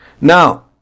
Now